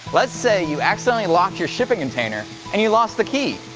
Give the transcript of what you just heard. let's say you accidentally locked your shipping container and you lost the key.